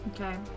Okay